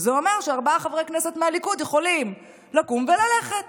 זה אומר שארבעה חברי כנסת מהליכוד יכולים לקום וללכת.